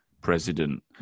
president